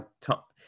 top